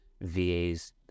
VA's